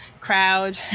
crowd